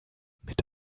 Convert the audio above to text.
mit